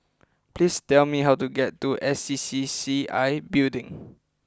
please tell me how to get to S C C C I Building